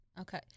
Okay